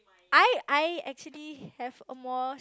I I actually have a more